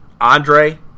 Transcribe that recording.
Andre